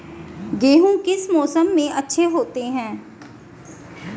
गेहूँ किस मौसम में अच्छे होते हैं?